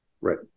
Right